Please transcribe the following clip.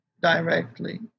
directly